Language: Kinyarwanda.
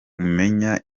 umenya